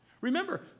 Remember